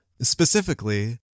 specifically